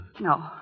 No